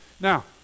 Now